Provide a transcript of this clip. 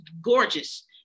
gorgeous